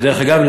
דרך אגב,